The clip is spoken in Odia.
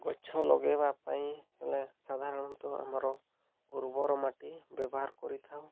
ଗଛ ଲଗେଇବା ପାଇଁ ହେଲେ ସାଧାରଣତଃ ଆମର ଉର୍ବର ମାଟି ବ୍ୟବହାର କରିଥାଉ